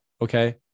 okay